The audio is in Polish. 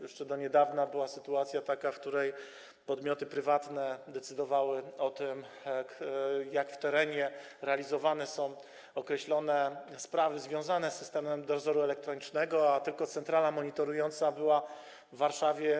Jeszcze do niedawna była taka sytuacja, w której podmioty prywatne decydowały o tym, jak w terenie realizowane są określone sprawy związane z systemem dozoru elektronicznego, a tylko centrala monitorująca była w Warszawie.